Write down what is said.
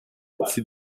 petits